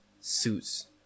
suits